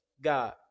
God